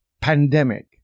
pandemic